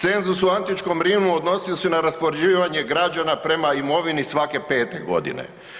Cenzus u antičkom Rimu odnosio se na raspoređivanje građana prema imovini svake 5 godine.